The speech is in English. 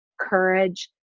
courage